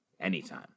anytime